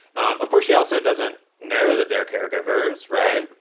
of course, she also doesn't know that they're caregivers. right.